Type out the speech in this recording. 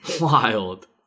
wild